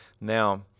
Now